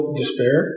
despair